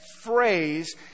phrase